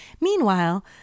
meanwhile